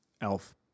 elf